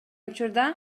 учурда